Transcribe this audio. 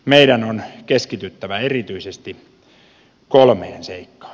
meidän on keskityttävä erityisesti kolmeen seikkaan